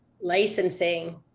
Licensing